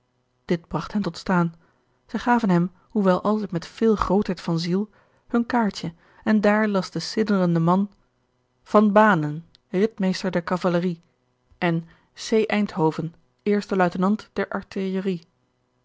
dit bragt hen tot staan zij gaven hem hoewel altijd met veel grootheid van ziel hun kaartje en daar las de sidderende man van banen ridmeester der kavalerie e en ceen de luitenant der